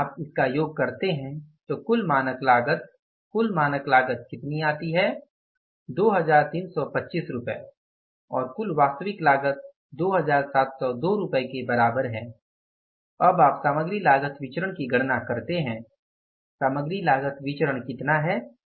यदि आप इनका योग करते हैं तो कुल मानक लागत कुल मानक लागत कितनी है 2325 रुपये और कुल वास्तविक लागत 2702 रुपये के बराबर है अब आप सामग्री लागत विचरण की गणना करते हैं सामग्री लागत विचरण कितना है